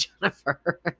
Jennifer